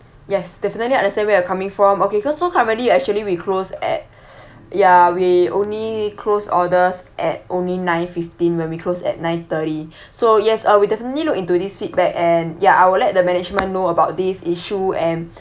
yes definitely understand where you're coming from okay because so currently actually we close at ya we only close orders at only nine fifteen when we close at nine thirty so yes uh we'll definitely look into this feedback and ya I will let the management know about this issue and